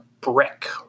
brick